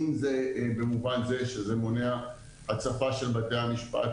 אם זה במובן זה שזה מונע הצפה של בתי המשפט